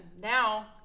now